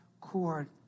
cord